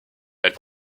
elle